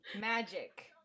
Magic